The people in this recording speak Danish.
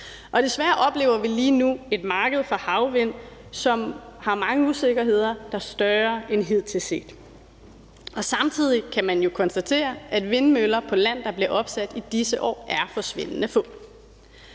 og desværre oplever vi lige nu et marked for havvind, som har mange usikkerheder, der er større end hidtil set. Samtidig kan man jo konstatere, at antallet af vindmøller, der bliver opsat på land, i disse år er forsvindende